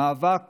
מאבק